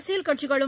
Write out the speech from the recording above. அரசியல் கட்சிகளும்